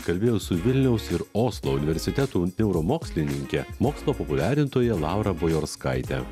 kalbėjau su vilniaus ir oslo universitetų neuromokslininke mokslo populiarintoja laura pajarskaite